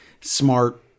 Smart